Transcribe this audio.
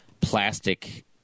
plastic